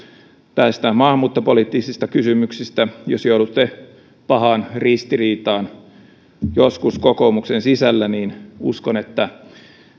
näistä maahanmuuttopoliittisista kysymyksistä niin jos joudutte joskus pahaan ristiriitaan kokoomuksen sisällä niin uskon että